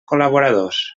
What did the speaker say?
col·laboradors